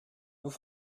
nous